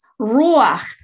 ruach